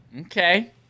Okay